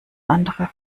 andere